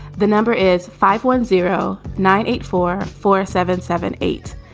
the number is five one zero nine eight four four seven seven eight.